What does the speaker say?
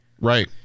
Right